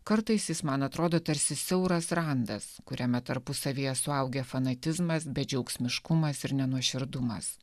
kartais jis man atrodo tarsi siauras randas kuriame tarpusavyje suaugę fanatizmas bet džiauksmiškumas ir nenuoširdumas